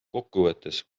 kokkuvõttes